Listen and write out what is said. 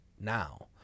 now